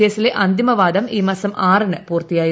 കേസിലെ അന്തിമവാദം ഈ മാസം ആറിന് പൂർത്തിയായിരുന്നു